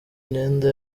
imyenda